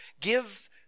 Give